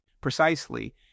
Precisely